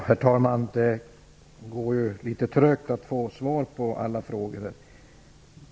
Herr talman! Det går litet trögt att få svar på alla frågor.